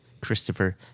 Christopher